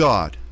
God